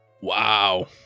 Wow